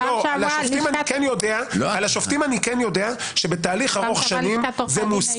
על השופטים אני כן יודע שבתהליך ארוך שנים ומוסכם